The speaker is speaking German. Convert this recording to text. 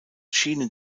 schienen